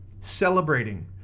celebrating